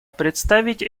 представить